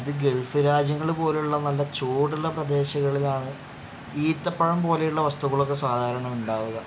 ഇത് ഗൾഫ് രാജ്യങ്ങൾ പോലെയുള്ള നല്ല ചൂടുള്ള പ്രദേശങ്ങളിലാണ് ഈത്തപ്പഴം പോലെയുള്ള വസ്തുക്കളൊക്കെ സാധാരണ ഉണ്ടാവുക